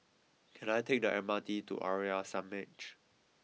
can I take the M R T to Arya Samaj